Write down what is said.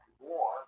war